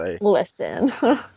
Listen